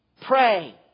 Pray